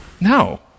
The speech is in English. No